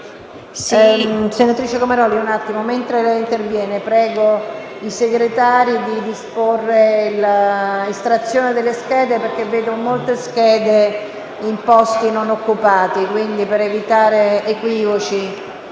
Comaroli, mentre lei interviene, prego i senatori Segretari di disporre l'estrazione delle schede perché vedo molte schede in posti non occupati per evitare equivoci